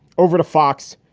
over to fox,